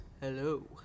Hello